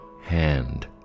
hand